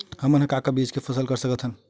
हमन ह का का बीज के फसल कर सकत हन?